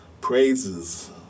praises